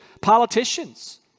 politicians